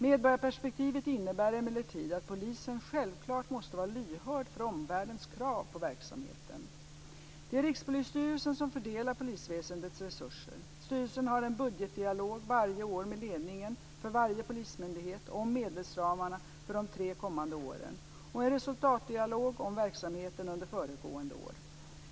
Medborgarperspektivet innebär emellertid att polisen självklart måste vara lyhörd för omvärldens krav på verksamheten. Det är Rikspolisstyrelsen som fördelar polisväsendets resurser. Styrelsen har en budgetdialog varje år med ledningen för varje polismyndighet om medelsramarna för de tre kommande åren och en resultatdialog om verksamheten under föregående år.